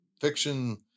fiction